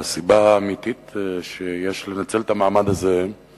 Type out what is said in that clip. הסיבה האמיתית שיש לנצל את המעמד הזה היא